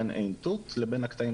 בין עין תות לבין הקטעים